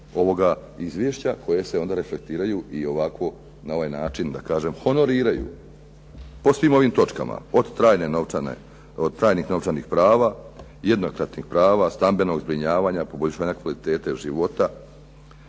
ovoga izvješća koje se onda reflektiraju i ovako na ovaj način da kažem honoriraju po svim ovim točkama, od trajnih novčanih prava, jednokratnih prava, stambenog zbrinjavanja, poboljšanja kvalitete života,